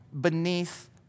beneath